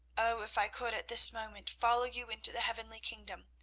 oh, if i could at this moment follow you into the heavenly kingdom,